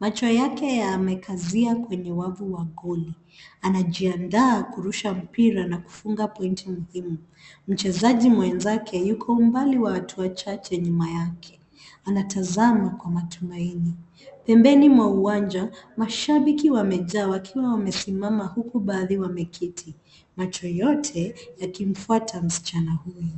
macho yake yamekazia kwenye wavu wa goli. Anajiandaa kurusha mpira na kufunga pointi muhimu. Mchezaji mwenzake yuko umbali wa hatua chache nyuma yake, anatazama kwa matumaini. Pembeni mwa uwanja mashabiki wamejaa wakiwa wamesimama huku baadhi wameketi. Macho yote yakimfuata msichana huyo.